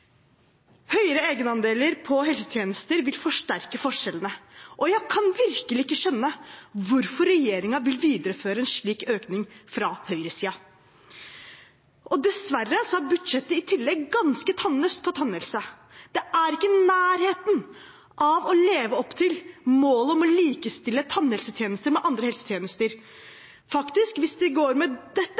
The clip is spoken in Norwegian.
Høyere egenandeler på helsetjenester vil forsterke forskjellene, og jeg kan virkelig ikke skjønne hvorfor regjeringen vil videreføre en slik økning fra høyresiden. Og dessverre er budsjettet i tillegg ganske tannløst på tannhelse. Det er ikke i nærheten av å leve opp til målet om å likestille tannhelsetjenester med andre helsetjenester. Faktisk, hvis det går med dette